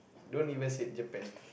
don't even said Japan